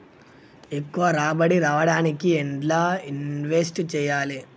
ఎక్కువ రాబడి రావడానికి ఎండ్ల ఇన్వెస్ట్ చేయాలే?